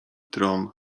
tron